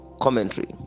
commentary